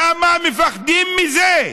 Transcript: למה מפחדים מזה?